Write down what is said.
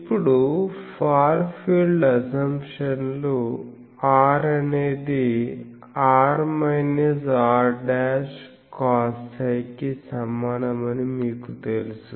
ఇప్పుడుఫార్ field అసంప్షన్లు R అనేది r r cosψ కి సమానమని మీకు తెలుసు